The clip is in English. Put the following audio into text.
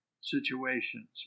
situations